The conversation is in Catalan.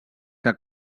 que